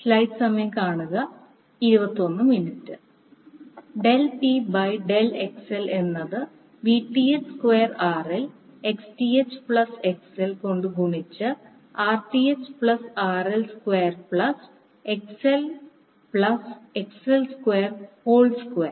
del P by del XL എന്നത് Vth square RL Xth plus XL കൊണ്ടു ഗുണിച്ച് Rth plus RL square plus Xth plus XL square whole square